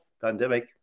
pandemic